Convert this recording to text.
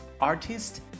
artist